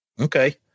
Okay